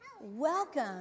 Welcome